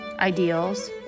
ideals